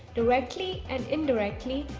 directly and indirectly,